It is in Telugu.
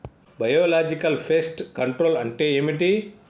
బయోలాజికల్ ఫెస్ట్ కంట్రోల్ అంటే ఏమిటి?